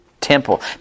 temple